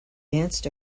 danced